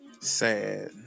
sad